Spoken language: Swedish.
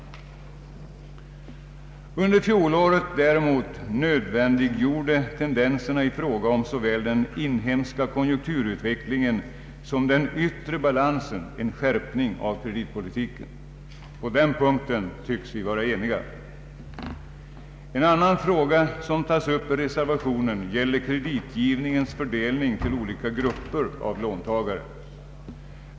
Under fjolåret däremot nödvändiggjorde tendenserna i fråga om såväl den inhemska konjunkturutvecklingen som den yttre balansen en skärpning av kreditpolitiken. På den punkten tycks vi vara ense. En annan fråga som tas upp i reservationen gäller kreditgivningens fördelning på olika grupper av låntagare.